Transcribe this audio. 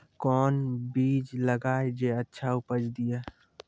कोंन बीज लगैय जे अच्छा उपज दिये?